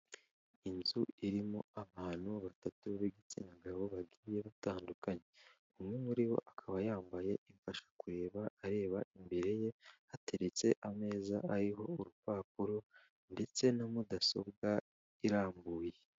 Inzu irimo abantu batatu b'igitsina gabo bagiye batandukanye. Umwe muri bo akaba yambaye imfashakureba areba imbere ye, hateretse ameza ariho urupapuro ndetse na mudasobwa irambuye.